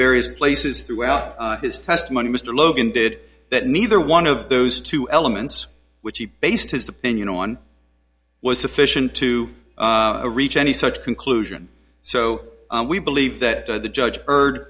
various places throughout his testimony mr logan did that neither one of those two elements which he based his opinion on was sufficient to reach any such conclusion so we believe that the judge